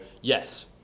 yes